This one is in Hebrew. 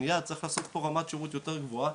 שניה צריך לעשות פה רמת שירות יותר גבוהה.